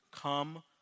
Come